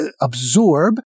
absorb